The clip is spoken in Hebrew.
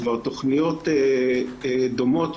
כבר תכניות דומות,